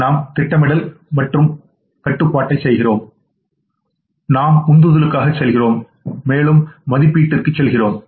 நாம் திட்டமிடல் மற்றும் கட்டுப்பாட்டைச் செய்கிறோம் நாம் உந்துதலுக்காகச் செல்கிறோம் மேலும் மதிப்பீட்டிற்கு செல்கிறோம்